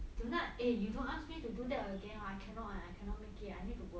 tonight eh you don't ask me to do that again I cannot I cannot make it I need to work